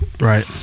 right